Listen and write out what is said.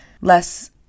less